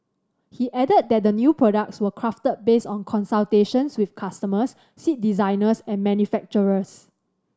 he added that the new products were crafted based on consultations with customers seat designers and manufacturers